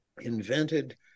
invented